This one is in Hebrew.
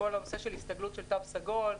מהסתגלות ל"תו סגול".